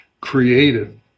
created